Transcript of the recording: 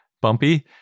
Bumpy